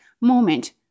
moment